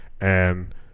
and-